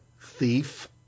Thief